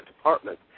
department